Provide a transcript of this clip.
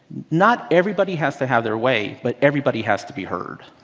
not everybody has to have their way, but everybody has to be heard.